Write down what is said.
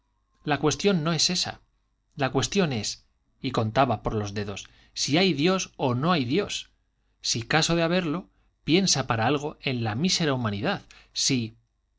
la cuestión no es esa la cuestión es y contaba por los dedos si hay dios o no hay dios si caso de haberlo piensa para algo en la mísera humanidad si